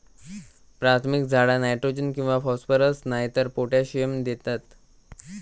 प्राथमिक झाडा नायट्रोजन किंवा फॉस्फरस नायतर पोटॅशियम देतत